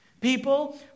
People